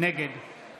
נגד